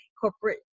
corporate